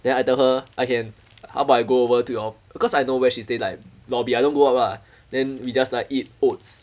then I tell her I can how about I go over to your because I know where she stay like lobby I don't go up lah then we just like eat oats